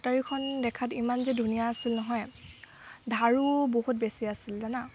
কটাৰীখন দেখাত ইমানযে ধুনীয়া আছিল নহয় ধাৰো বহু বেছি আছিল জানা